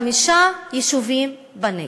חמישה יישובים בנגב,